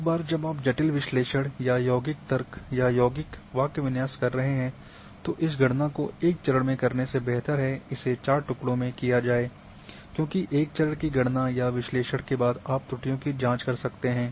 एक बार जब आप जटिल विश्लेषण या यौगिक तर्क या यौगिक वाक्यविन्यास कर रहे हैं तो इस गणना को एक चरण में करने से बेहतर है कि इसे चार टुकड़ों में किया जाए क्योंकि एक चरण की गड़ना या विश्लेषण के बाद आप त्रुटियों की जांच कर सकते हैं